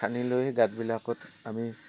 খান্দি লৈ গাঁতবিলাকত আমি